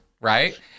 right